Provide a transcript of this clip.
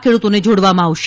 ખેડૂતોને જોડવામાં આવશે